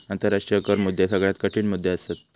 आंतराष्ट्रीय कर मुद्दे सगळ्यात कठीण मुद्दे असत